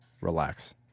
Relax